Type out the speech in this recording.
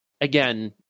again